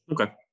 Okay